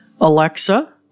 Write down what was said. Alexa